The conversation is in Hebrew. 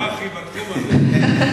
הוא, בתחום הזה.